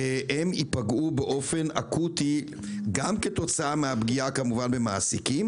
הם ייפגעו באופן אקוטי גם כתוצאה מהפגיעה במעסיקים